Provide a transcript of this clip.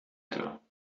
keller